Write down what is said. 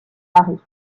paris